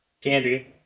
candy